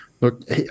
look